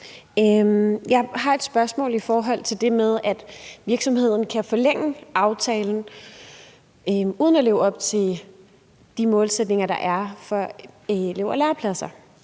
Jeg har et spørgsmål om det med, at virksomheden kan forlænge aftalen uden at leve op til de målsætninger, der er, for elev- og lærepladser.